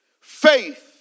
Faith